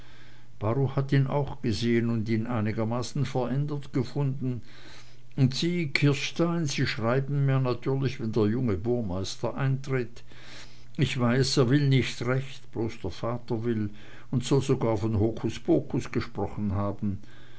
baruch hat ihn auch gesehn und ihn einigermaßen verändert gefunden und sie kirstein sie schreiben mir natürlich wenn der junge burmeister eintritt ich weiß er will nicht recht bloß der vater will und soll sogar von hokuspokus gesprochen haben